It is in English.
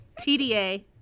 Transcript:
TDA